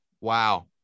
Wow